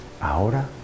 ahora